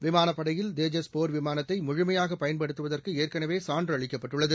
விமானப்படையில் தேஜஸ் போா் விமானத்தை முழுமையாக பயன்படுத்துவதற்கு ஏற்கனவே சான்று அளிக்கப்பட்டுள்ளது